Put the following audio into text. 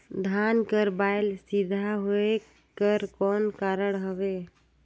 धान कर बायल सीधा होयक कर कौन कारण हवे?